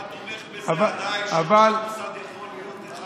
אתה עדיין תומך בזה שראש המוסד יכול להיות אחד